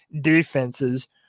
defenses